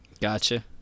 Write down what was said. Gotcha